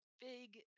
big